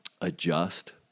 adjust